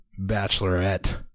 Bachelorette